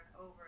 over